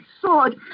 sword